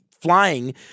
flying